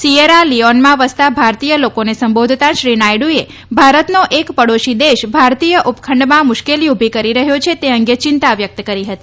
સીએરા લીઓનમાં વસતા ભારતીય લોકોને સંબોધતાં શ્રી નાયડુએ ભારતનો એક પાડોશી દેશ ભારતીય ઉપખંડમાં મુશ્કેલી ઉભી કરી રહ્યો છે તે અંગે ચિંતા વ્યક્ત કરી હતી